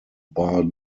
bar